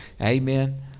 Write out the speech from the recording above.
amen